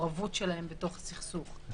המעורבות שלהם בתוך סכסוך.